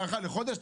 תקבלו הארכה לחודש,